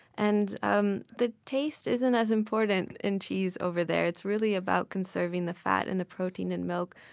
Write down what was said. and um the taste isn't as important in cheese over there. it's really about conserving the fat and the protein in milk,